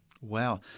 Wow